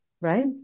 right